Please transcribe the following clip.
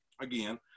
again